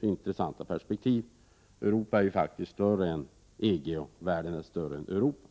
intressanta perspektiv. Europa är faktiskt större än EG-området och världen är större än Europa.